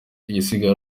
igisigaye